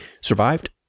survived